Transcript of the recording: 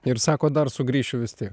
ir sako dar sugrįšiu vistie